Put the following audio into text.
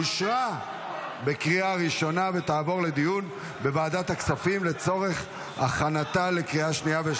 התשפ"ה,2024, לוועדת הכספים נתקבלה.